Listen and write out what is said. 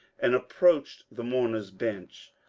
and approached the mourner's bench.